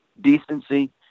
decency